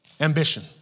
Ambition